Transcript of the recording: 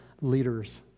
leaders